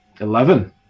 Eleven